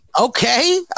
Okay